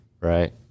right